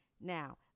Now